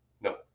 No